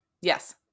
Yes